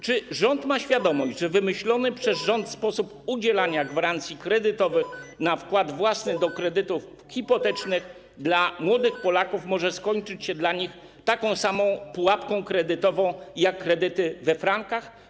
Czy rząd ma świadomość, że wymyślony przez rząd sposób udzielania gwarancji kredytowych na wkład własny w przypadku kredytów hipotecznych dla młodych Polaków może skończyć się dla nich taką samą pułapką kredytową jak kredyty we frankach?